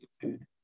food